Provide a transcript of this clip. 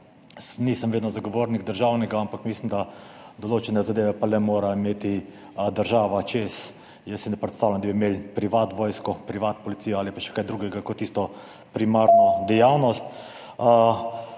nisem vedno zagovornik državnega, ampak mislim, da določene zadeve pa le mora imeti država čez. Jaz si ne predstavljam, da bi imeli privatno vojsko, privatno policijo ali pa še kaj drugega kot tisto primarno dejavnost.